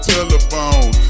Telephone